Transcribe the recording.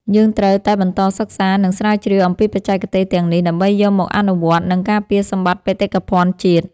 យើងត្រូវតែបន្តសិក្សា និង ស្រាវជ្រាវអំពីបច្ចេកទេសទាំងនេះដើម្បីយកមកអនុវត្ត និង ការពារសម្បត្តិបេតិកភណ្ឌជាតិ។